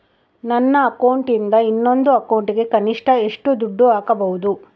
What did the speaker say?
ನನ್ನ ಅಕೌಂಟಿಂದ ಇನ್ನೊಂದು ಅಕೌಂಟಿಗೆ ಕನಿಷ್ಟ ಎಷ್ಟು ದುಡ್ಡು ಹಾಕಬಹುದು?